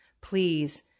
Please